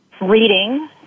reading